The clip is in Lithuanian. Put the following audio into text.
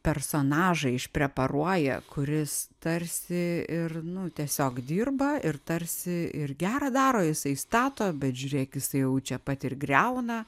personažą išpreparuoja kuris tarsi ir nu tiesiog dirba ir tarsi ir gera daro jisai stato bet žiūrėk jis jau čia pat ir griauna